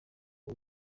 uyu